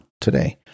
today